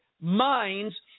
minds